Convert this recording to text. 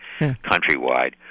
countrywide